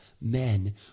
men